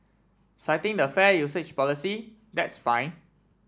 citing the fair usage policy that's fine